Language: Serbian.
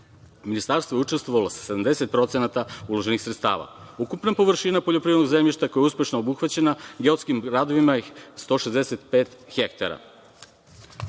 Ministarstvo je učestvovalo sa 70% uloženih sredstava. Ukupna površina poljoprivrednog zemljišta je uspešno obuhvaćena geodetskim radovima je 165 hektara. Na